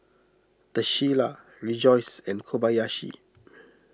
the Shilla Rejoice and Kobayashi